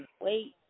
wait